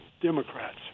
Democrats